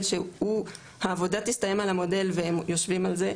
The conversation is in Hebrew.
שהוא- העבודה תסתיים על המודל והם יושבים על זה,